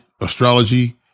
astrology